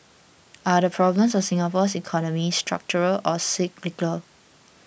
are the problems of Singapore's economy structural or cyclical